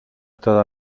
toda